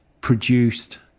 produced